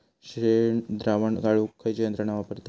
शेणद्रावण गाळूक खयची यंत्रणा वापरतत?